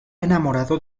enamorado